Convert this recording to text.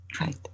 Right